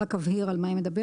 רק אבהיר על מה היא מדברת.